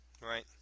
Right